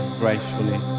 gracefully